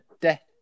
death